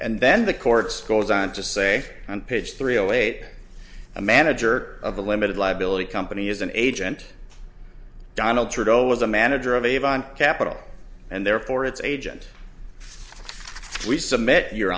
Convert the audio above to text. and then the courts goes on to say on page three away a manager of a limited liability company is an agent donald trudeau was a manager of avon capital and therefore it's agent we submit your